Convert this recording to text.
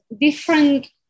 different